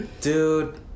Dude